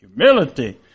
humility